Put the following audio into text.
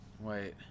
Wait